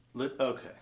Okay